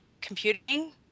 computing